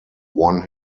won